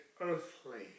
earthly